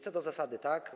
Co do zasady tak.